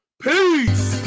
peace